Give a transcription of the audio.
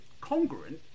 congruent